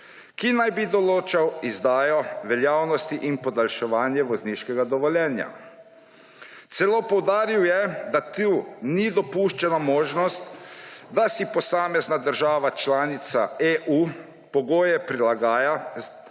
ki naj bi določal izdajo veljavnosti in podaljševanje vozniškega dovoljenja. Celo poudaril je, da tu ni dopuščena možnost, da si posamezna država članica EU pogoje prilagaja